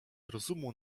rozumu